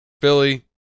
Philly